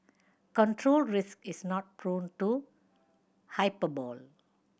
control Risks is not prone to hyperbole